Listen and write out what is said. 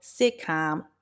sitcom